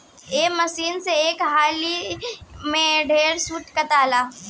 ए machine से एक हाली में ढेरे सूत काताला